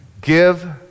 give